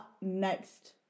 next